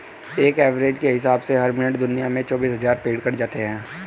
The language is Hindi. एक एवरेज के हिसाब से हर मिनट दुनिया में चौबीस हज़ार पेड़ कट जाते हैं